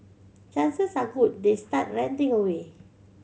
chances are good they start ranting away